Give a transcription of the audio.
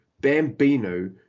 Bambino